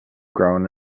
grown